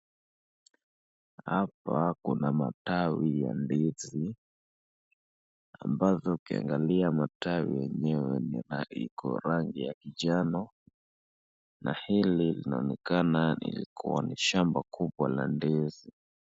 Hapa kuna matawi ya ndizi, ambazo ukiangalia matawi yenyewe iko rangi ya kijani, na hili linaonekana lilikuwa ni shamba kubwa la ndizi.